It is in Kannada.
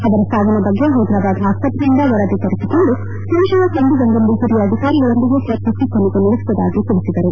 ಅವರ ಸಾವಿನ ಬಗ್ಗೆ ಹೈದ್ರಾಬಾದ್ ಆಸ್ಪತ್ರೆಯಿಂದ ವರದಿ ತರಿಸಿಕೊಂಡು ಸಂಶಯ ಕಂಡು ಬಂದಲ್ಲಿ ಹಿರಿಯ ಅಧಿಕಾರಿಗಳೊಂದಿಗೆ ಚರ್ಚಿಸಿ ತನಿಖೆ ನಡೆಸುವುದಾಗಿ ತಿಳಿಸಿದರು